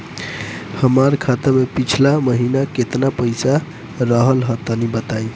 हमार खाता मे पिछला महीना केतना पईसा रहल ह तनि बताईं?